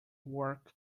work